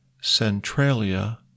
Centralia